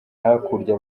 hakurya